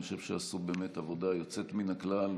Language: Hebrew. אני חושב שהם עשו באמת עבודה יוצאת מן הכלל,